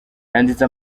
yanditse